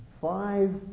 Five